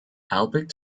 albert